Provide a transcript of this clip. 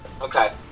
Okay